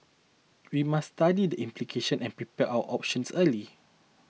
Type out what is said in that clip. we must study the implications and prepare our options early